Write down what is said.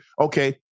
okay